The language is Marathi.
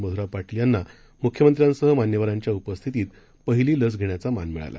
मध्रा पाटील यांना मुख्यमंत्र्यांसह मान्यवरांच्या उपस्थितीत पहिली लस घेण्याचा मान मिळाला